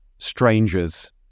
strangers